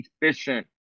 efficient